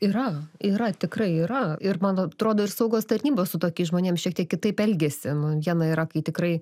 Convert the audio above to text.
yra yra tikrai yra ir man atrodo ir saugos tarnybos su tokiais žmonėm šiek tiek kitaip elgiasi nu viena yra kai tikrai